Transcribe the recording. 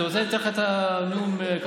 אתה רוצה, אתן לך את הנאום כתוב.